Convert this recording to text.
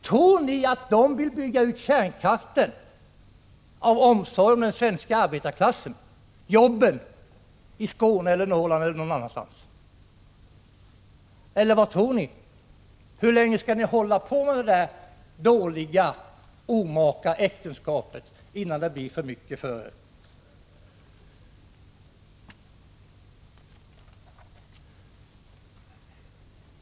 Tror ni att de vill bygga ut kärnkraften av omsorg om den svenska arbetarklassen eller av omsorg om jobben i Skåne eller Norrland eller någon annanstans? Vad tror ni? Hur länge skall det omaka äktenskapet hålla, innan det blir för mycket för er?